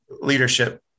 leadership